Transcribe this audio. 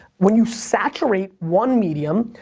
when you saturate one medium,